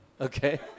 okay